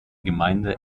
gemeinde